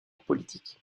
politique